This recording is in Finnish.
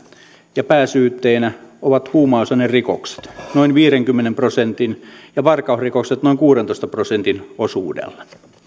ja pääsyytteinä ovat huumausainerikokset noin viidenkymmenen prosentin ja varkausrikokset noin kuudentoista prosentin osuudella